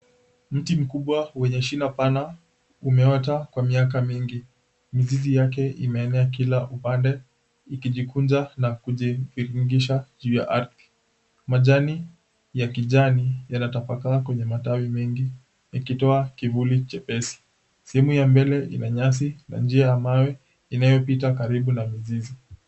Mti mkubwa wenye shina pana umeota kwa miaka mingi. Mizizi yake imeenea kila upande ikijikunja na kujiingisha juu ya ardhi. Majani ya kijani yanatapakaa kwenye matawi mengi yakitoa kivuli chepesi. Sehemu ya mbele ina nyasi na njia ya mawe inayopita karibu na mizizi.